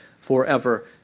forever